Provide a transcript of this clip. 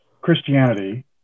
Christianity